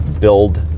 build